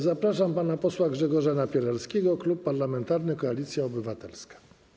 Zapraszam pana posła Grzegorza Napieralskiego, Klub Parlamentarny Koalicja Obywatelska.